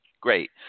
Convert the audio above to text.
great